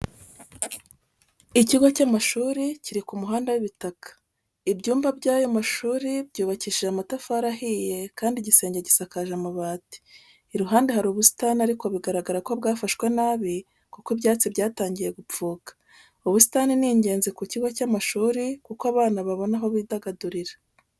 Ikigo cy'amashuri kiri ku muhanda w'ibitaka. Ibyumba by'ayo mashuri byubakishije amatafari ahiye kandi igisenge gisakaje amabati. Iruhande hari ubusitani ariko bigaragara ko bwafashwe nabi kuko ibyatsi byatangiye gupfuka. Ubusitani ni ingenzi ku kigo cy'amashuri kuko abana babona aho bidagadurira.